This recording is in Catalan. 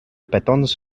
petons